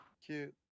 Cute